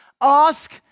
ask